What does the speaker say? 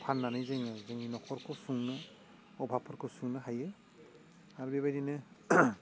फान्नानै जोङो जोंनि न'खरखौ सुंनो अभाबफोरखौ सुंनो हायो आरो बेबायदिनो